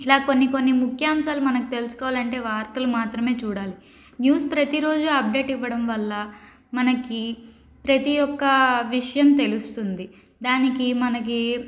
ఇలా కొన్ని కొన్ని ముఖ్యాంశాలు మనం తెలుసుకోవాలంటే వార్తలు మాత్రమే చూడాలి న్యూస్ ప్రతిరోజు అప్డేట్ ఇవ్వడం వల్ల మనకి ప్రతి ఒక్క విషయం తెలుస్తుంది దానికి మనకి